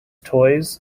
toys